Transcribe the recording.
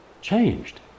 changed